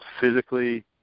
physically